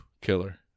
Killer